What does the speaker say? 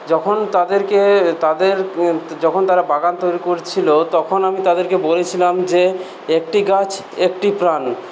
যখন তাদেরকে তাদের যখন তারা বাগান তৈরি করছিলো তখন আমি তাদেরকে বলেছিলাম যে একটি গাছ একটি প্রাণ